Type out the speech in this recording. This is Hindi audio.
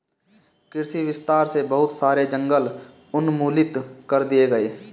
कृषि विस्तार से बहुत सारे जंगल उन्मूलित कर दिए गए